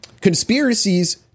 conspiracies